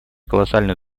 колоссальную